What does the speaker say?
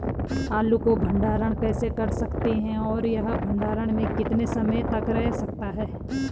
आलू को भंडारण कैसे कर सकते हैं और यह भंडारण में कितने समय तक रह सकता है?